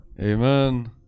amen